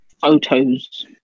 photos